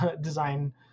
design